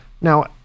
Now